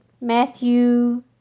Matthew